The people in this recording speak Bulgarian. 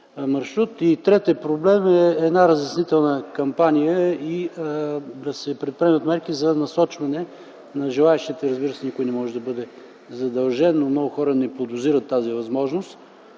Третият проблем е една разяснителна кампания, да се предприемат мерки за насочване на желаещите (разбира се, никой не може да бъде задължен, но много хора не подозират тази възможност).